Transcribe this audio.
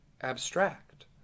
abstract